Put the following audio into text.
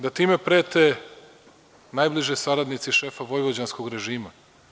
Da time prete najbliži saradnici šefa vojvođanskog režima.